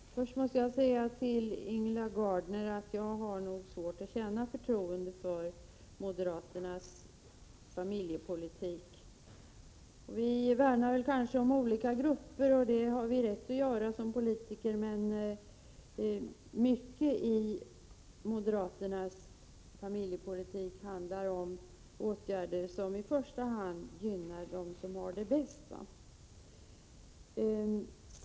Herr talman! Först måste jag säga till Ingela Gardner att jag har svårt att känna förtroende för moderaternas familjepolitik. Vi värnar om olika grupper, och det har vi som politiker rätt att göra, men mycket i moderaternas familjepolitik handlar om åtgärder som i första hand gynnar dem som har det bäst.